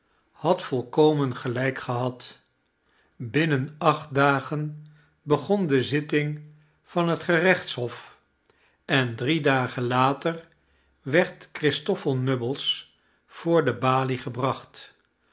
had volkomen gelijk gehad binnen acht dagen begon de zitting van het gerechtshof en drie dagen later werd christoffel nubbles voor de balie gebracht